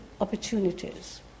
opportunities